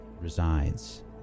resides